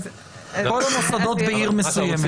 כל המוסדות בעיר מסוימת.